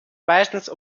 meistens